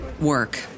work